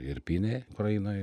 irpynėj ukrainoj